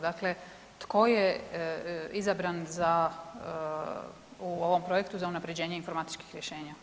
Dakle tko je izabran u ovom projektu za unapređenje informatičkih rješenja?